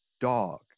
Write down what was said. dog